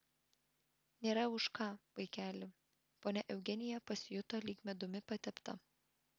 nėra už ką vaikeli ponia eugenija pasijuto lyg medumi patepta